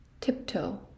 tiptoe